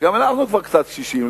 גם אנחנו קצת קשישים,